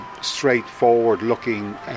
straightforward-looking